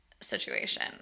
situation